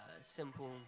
Simple